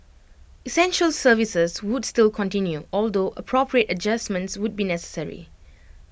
essential services would still continue although appropriate adjustments would be necessary